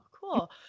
Cool